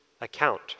account